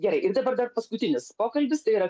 gerai ir dabar dar paskutinis pokalbis tai yra